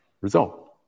result